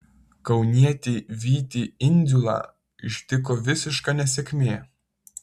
kaunietį vytį indziulą ištiko visiška nesėkmė